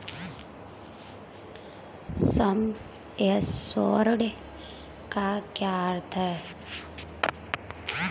सम assured का क्या अर्थ है?